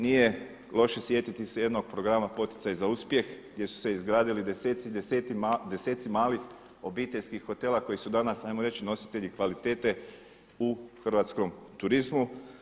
Nije loše sjetiti se jednog programa Poticaja za uspjeh gdje su se izgradili deseci malih obiteljskih hotela koji su danas ajmo reći nositelji kvalitete u hrvatskom turizmu.